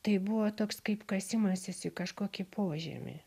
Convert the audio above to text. tai buvo toks kaip kasimasis į kažkokį požemį